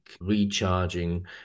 recharging